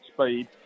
speed